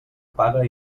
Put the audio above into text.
paga